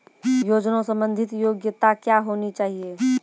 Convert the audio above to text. योजना संबंधित योग्यता क्या होनी चाहिए?